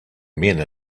men